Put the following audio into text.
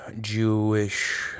Jewish